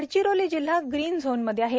गडचिरोली जिल्हा green zone मध्ये आहे